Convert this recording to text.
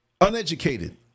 Uneducated